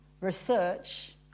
research